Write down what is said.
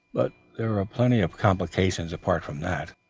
but there are plenty of complications apart from that.